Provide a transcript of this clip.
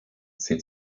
sind